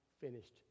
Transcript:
finished